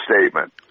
statement